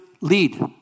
lead